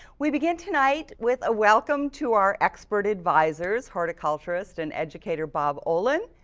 we begin tonight with a welcome to our expert advisors. horticulturist and educator bob olen.